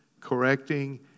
correcting